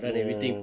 ya